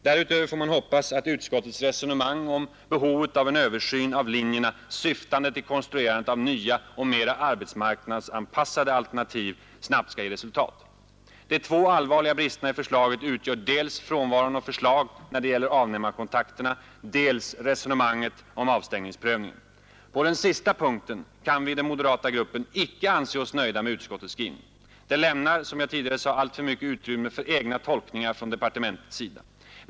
Därutöver får man hoppas att utskottets resonemang om behovet av en översyn av linjerna, syftande till konstruerandet av nya och mera arbetsmarknadsanpassade alternativ snabbt skall ge resultat. De två allvarliga bristerna i förslaget utgör dels frånvaron av förslag när det gäller avnämarkontakterna, dels resonemanget om avstängningsprövningen. På den sista punkten kan vi i den moderata gruppen icke anse oss nöjda med utskottets skrivning. Den lämnar, som jag tidigare sade, alltför mycket utrymme för egna tolkningar från departementets sida.